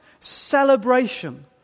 celebration